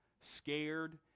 scared